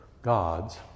gods